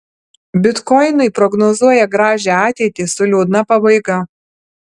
bitkoinui prognozuoja gražią ateitį su liūdna pabaiga